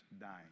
dying